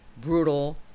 brutal